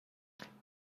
trois